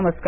नमस्कार